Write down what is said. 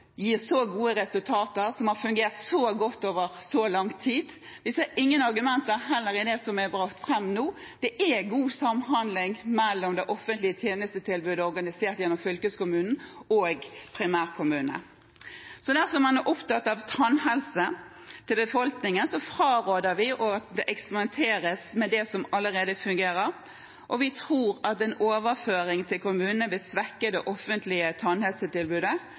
gir så gode resultater, og som har fungert så godt over så lang tid. Vi ser ingen argumenter heller i det som er brakt fram nå. Det er god samhandling mellom det offentlige tjenestetilbudet organisert gjennom fylkeskommunen og primærkommunen. Dersom man er opptatt av tannhelse til befolkningen, fraråder vi at det eksperimenteres med det som allerede fungerer. Vi tror at en overføring til kommunene vil svekke det offentlige tannhelsetilbudet